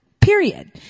Period